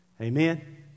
Amen